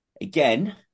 again